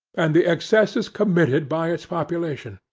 and the excesses committed by its population.